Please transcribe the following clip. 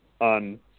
on